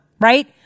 right